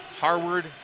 Harward